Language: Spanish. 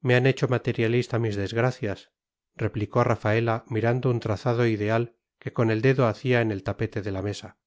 me han hecho materialista mis desgracias replicó rafaela mirando un trazado ideal que con el dedo hacía en el tapete de la mesa